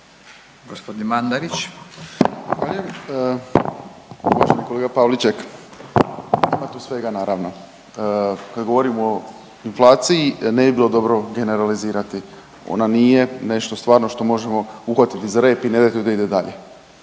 Zahvaljujem. Uvaženi kolega Pavliček. Ima tu svega, naravno. Kad govorimo o inflaciji, ne bi bilo dobro generalizirati. Ona nije nešto što stvarno možemo uhvatiti za rep i ne dati joj da ide dalje.